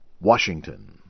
Washington